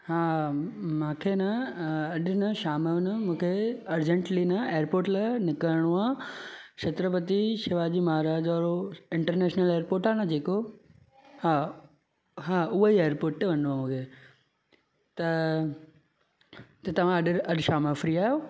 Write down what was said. हा मूंखे न अॼु न शाम जो न मूंखे अर्जेंटली न एयरर्पोट लाइ निकिरणो आहे छत्रपति शिवाजी महाराज और इंटरनेशनल एयरर्पोट आहे न जेको हा हा हुअ ई एयरर्पोट ते वञिणो आहे त तव्हां अॼु अॼु शाम जो फ्री आहियो